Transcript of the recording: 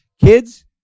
kids